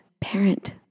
parent